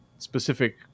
specific